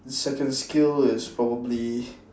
second skill is probably